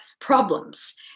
problems